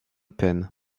penn